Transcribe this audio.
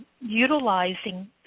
utilizing